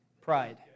Pride